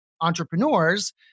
entrepreneurs